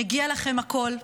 מגיע לכם הכול.